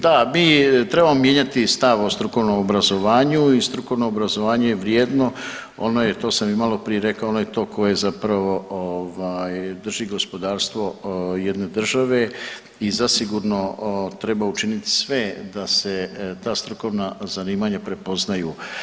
Da mi trebamo mijenjati stav o strukovnom obrazovanju i strukovno obrazovanje je vrijedno, ono je, to sam i maloprije rekao, ono je to koje zapravo ovaj drži gospodarstvo jedne države i zasigurno treba učiniti sve da se ta strukovna zanimanja prepoznaju.